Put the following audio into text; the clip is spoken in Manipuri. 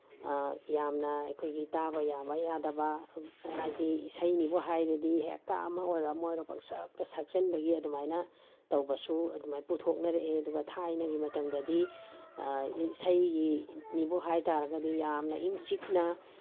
ꯌꯥꯝꯅ ꯑꯩꯈꯣꯏꯒꯤ ꯇꯥꯕ ꯌꯥꯕ ꯌꯥꯗꯕ ꯍꯥꯏꯗꯤ ꯏꯁꯩꯅꯤꯕꯨ ꯍꯥꯏꯔꯗꯤ ꯍꯦꯛꯇ ꯑꯃ ꯑꯣꯏꯔꯣ ꯑꯃ ꯑꯣꯏꯔꯣ ꯄꯪꯁꯛꯇ ꯁꯛꯆꯟꯕꯒꯤ ꯑꯗꯨꯃꯥꯏꯅ ꯇꯧꯕꯁꯨ ꯑꯗꯨꯃꯥꯏ ꯄꯨꯊꯣꯅꯔꯛꯑꯦ ꯑꯗꯨꯒ ꯊꯥꯏꯅꯒꯤ ꯃꯇꯝꯗꯗꯤ ꯏꯁꯩꯒꯤꯅꯤꯕꯨ ꯍꯥꯏ ꯇꯥꯔꯒꯗꯤ ꯌꯥꯝꯅ ꯏꯪ ꯆꯤꯛꯅ